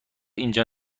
اینجا